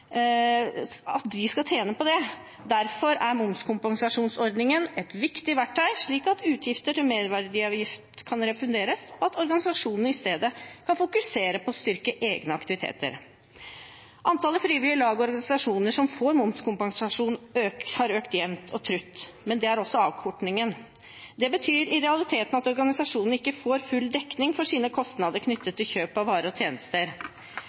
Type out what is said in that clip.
rammer. Det skal bl.a. ikke være slik at staten tjener penger på det arbeidet som utføres av frivillige organisasjoner, derfor er momskompensasjonsordningen et viktig verktøy, slik at utgifter til merverdiavgift kan refunderes, og at organisasjonene i stedet kan fokusere på å styrke egne aktiviteter. Antallet frivillige lag og organisasjoner som får momskompensasjon, har økt jevnt og trutt, men det har også avkortingen. Det betyr i realiteten at organisasjonene ikke får full dekning for sine kostnader